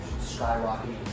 skyrocketing